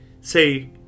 say